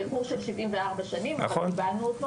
באיחור של 74 שנים, אבל קיבלנו.